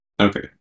Okay